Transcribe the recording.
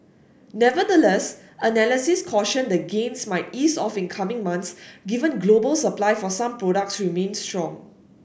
nevertheless analysts cautioned the gains might ease off in coming months given global supply for some products remained strong